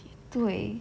对